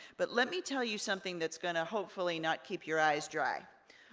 but let me tell you something that's gonna hopefully not keep your eyes dry.